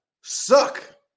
suck